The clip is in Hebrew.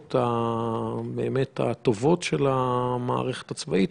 ביכולות הטובות של המערכת הצבאית,